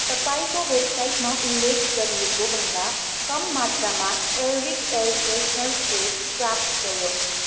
तपाईँको वेबसाइटमा उल्लेख गरिएकोभन्दा कम मात्रामा Air Wick air freshener spray प्राप्त भयो